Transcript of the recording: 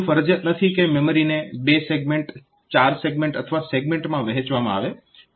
એવું ફરજિયાત નથી કે મેમરીને બે સેગમેન્ટ ચાર સેગમેન્ટ અથવા સેગમેન્ટમાં વહેંચવામાં આવે